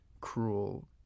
cruel